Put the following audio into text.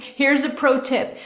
here's a pro tip.